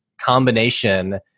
combination